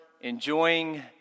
enjoying